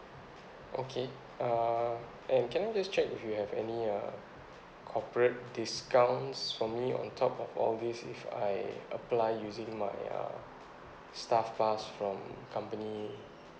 okay uh and can I just check if you have any uh corporate discounts for me on top of all this if I apply using my uh staff price from company